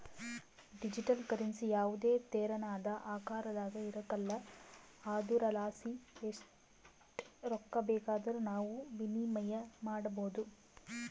digital currency ಯಾವುದೇ ತೆರನಾದ ಆಕಾರದಾಗ ಇರಕಲ್ಲ ಆದುರಲಾಸಿ ಎಸ್ಟ್ ರೊಕ್ಕ ಬೇಕಾದರೂ ನಾವು ವಿನಿಮಯ ಮಾಡಬೋದು